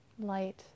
light